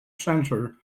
center